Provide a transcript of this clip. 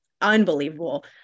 unbelievable